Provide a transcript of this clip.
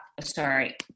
sorry